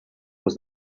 was